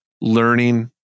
learning